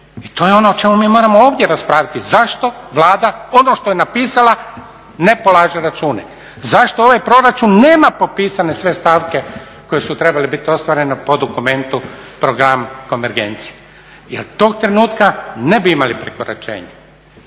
i to je ono o čemu mi moramo ovdje raspraviti. Zašto Vlada ono što je napisala ne polaže račune? Zašto ovaj proračun nema popisane sve stavke koje su trebale biti ostvarene po dokumentu program konvergencije? Jel tog trenutka ne bi imali prekoračenje.